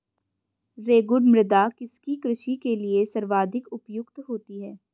रेगुड़ मृदा किसकी कृषि के लिए सर्वाधिक उपयुक्त होती है?